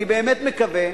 אני באמת מקווה,